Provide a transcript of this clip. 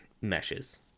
meshes